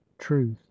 truth